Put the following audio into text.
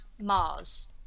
Mars